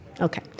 Okay